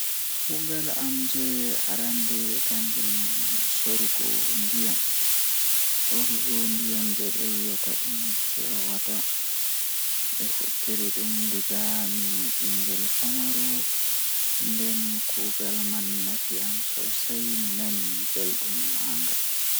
Kuugal am jei Arande kannjum woni sorugo ndiyam Job am ɗiɗi ko mi waɗi nder fannuɓe, miɓɓe so wonaa mi njogii caɗeele ngol. Mi enjoyi ngal sabu mi foti naatude e caɗeele kadi miɗo yiɗi goɗɗum sabu mi aɗa waawi jokkude e goɗɗum